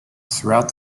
throughout